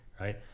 right